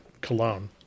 cologne